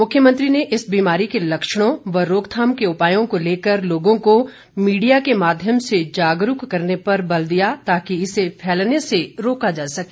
मुख्यमंत्री ने इस बीमारी के लक्षणों व रोकथाम के उपायों को लेकर लोगों को मीडिया के माध्यम से जागरूक करने पर बल दिया ताकि इसे फैलने से रोका जा सके